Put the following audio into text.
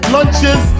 Lunches